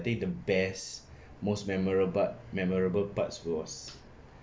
I think the best most memora~ part memorable part was